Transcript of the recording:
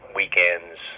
weekends